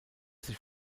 sich